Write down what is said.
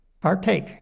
partake